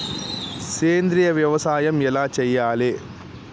సేంద్రీయ వ్యవసాయం ఎలా చెయ్యాలే?